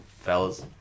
fellas